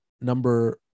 Number